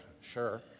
sure